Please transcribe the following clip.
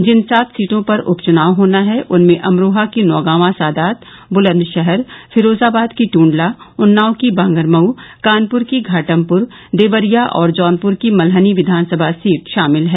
जिन सात सीटों पर उपच्नाव होना है उनमें अमरोहा की नौगावां सादात ब्लंदशहर फिरोजाबाद की टूंडला उन्नाव की बांगर मऊ कानपुर की घाटमपुर देवरिया और जौनपुर की मलहनी विधानसभा सीट शामिल हैं